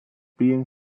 being